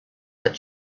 that